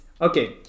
Okay